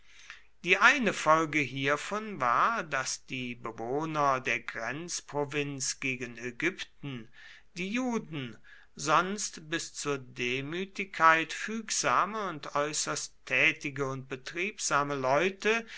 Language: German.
die eine folge hiervon war daß die bewohner der grenzprovinz gegen ägypten die juden sonst bis zur demütigkeit fügsame und äußerst tätige und betriebsame leute